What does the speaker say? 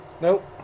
Nope